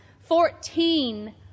Fourteen